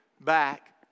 back